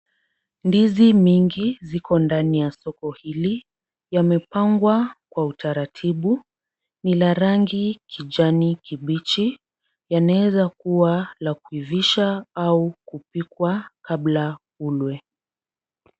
Ndizi mingi ziko ndani ya soko hili yamepangwa kwa utaratibu. Ni la rangi kijani kibichi. Yanaweza kuwa la kuivisha au kupikwa kabla ikulwe.